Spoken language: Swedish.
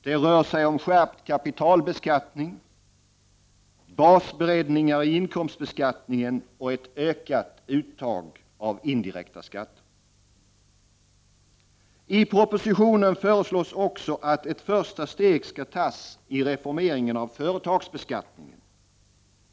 Det rör sig om skärpt kapitalbeskattning, basbreddningar i inkomstbeskattningen och ett ökat uttag av indirekta skatter. I propositionen föreslås också att ett första steg skall tas i reformeringen av företagsbeskattningen.